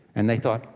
and they thought,